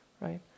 right